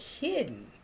hidden